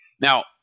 Now